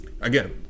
Again